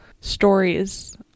stories